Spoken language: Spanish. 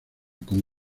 con